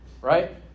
right